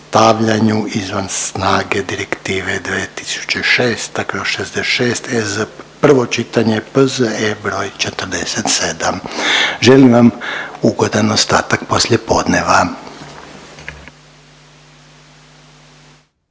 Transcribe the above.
izvan snage Direktive 2006./66/EZ prvo pitanje, P.Z.E. br. 47. Želim vam ugodan ostatak poslijepodneva!